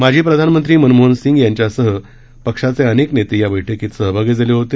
माजी प्रधानमंत्री मनमोहन सिंग यांच्यासह पक्षाचे अनेक नेते या बैठकीत सहभागी झाले होते